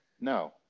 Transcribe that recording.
no